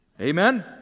Amen